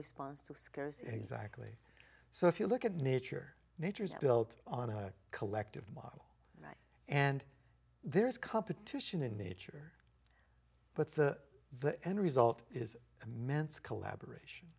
scarce exactly so if you look at nature nature is built on a collective model and there is competition in nature but the the end result is immense collaboration